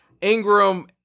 ingram